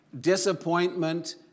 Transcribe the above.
disappointment